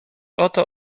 oto